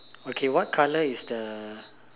okay what color is the